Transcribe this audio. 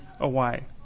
away